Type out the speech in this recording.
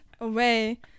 away